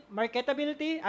marketability